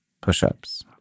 push-ups